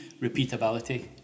repeatability